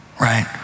right